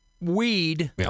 weed